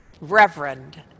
Reverend